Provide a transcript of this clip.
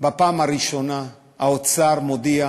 בפעם הראשונה האוצר מודיע,